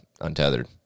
Untethered